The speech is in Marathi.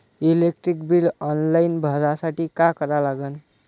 इलेक्ट्रिक बिल ऑनलाईन भरासाठी का करा लागन?